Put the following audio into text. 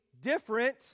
different